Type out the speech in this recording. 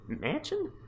mansion